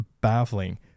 baffling